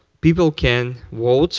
people can vote